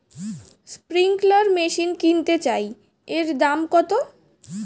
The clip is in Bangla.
স্প্রিংকলার মেশিন কিনতে চাই এর দাম কত?